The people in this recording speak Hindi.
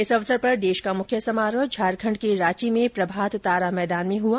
इस अवसर पर मुख्य समारोह झारखंड के रांची में प्रभात तारा मैदान में हुआ